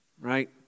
Right